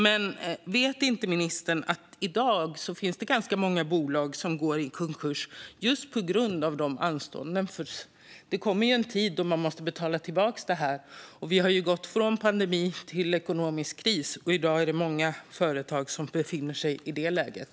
Men vet inte ministern att det i dag finns många bolag som går i konkurs just på grund av anstånden? Det kommer ju en tid när man måste betala tillbaka, och vi har gått från pandemi till ekonomisk kris. I dag är det många företag som befinner sig i det läget.